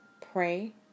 pray